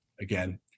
again